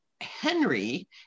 Henry